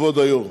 כבוד היו"ר.